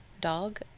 dog